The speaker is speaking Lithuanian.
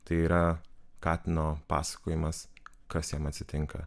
tai yra katino pasakojimas kas jam atsitinka